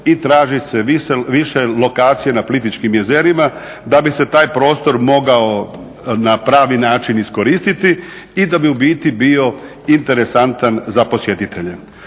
i traži se više lokacija na Plitvičkim jezerima da bi se taj prostor mogao na pravi način iskoristiti i da bi ubiti bio interesantan za posjetitelje.